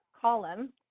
column